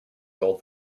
called